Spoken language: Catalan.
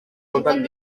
compten